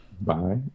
bye